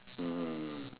mm